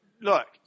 look